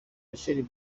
rachel